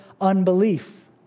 unbelief